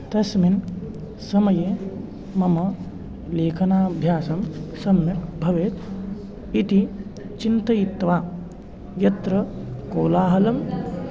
तस्मिन् समये मम लेखनाभ्यासः सम्यक् भवेत् इति चिन्तयित्वा यत्र कोलाहलः